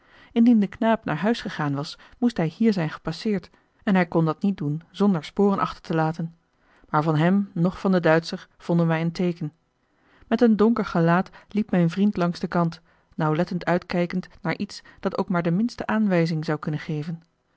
de knaap naar huis gegaan was moest hij hier zijn gepasseerd en hij kon dat niet doen zonder sporen achter te laten maar van hem noch van den duitscher vonden wij een teeken met een donker gelaat liep mijn vriend langs den kant nauwlettend uitkijkende naar iets dat ook maar de minste aanwijzing zou kunnen geven